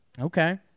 Okay